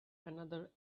another